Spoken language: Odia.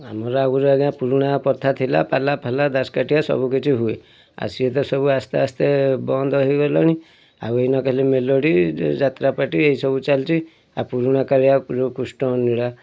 ଆମର ଆଗରୁ ଆଜ୍ଞା ପୁରୁଣା ପ୍ରଥା ଥିଲା ପାଲାଫାଲା ଦାସ୍ କାଠିଆ ସବୁ କିଛି ହୁଏ ଆଉ ସିଏ ତ ସବୁ ଆସ୍ତେ ଆସ୍ତେ ବନ୍ଦ ହୋଇଗଲାଣି ଆଉ ଏଇନା ଖାଲି ମେଲୋଡ଼ି ଯାତ୍ରା ପାର୍ଟି ଏହି ସବୁ ଚାଲିଛି ପୁରୁଣା କାଳିଆ କୃଷ୍ଣ ଲୀଳା